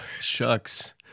shucks